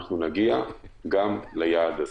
נגיע גם ליעד הזה.